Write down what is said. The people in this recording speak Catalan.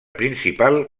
principal